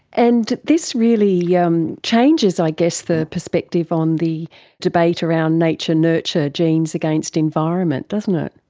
and this really yeah um changes i guess the perspective on the debate around nature nurture, genes against environment, doesn't it.